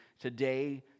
today